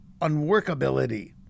unworkability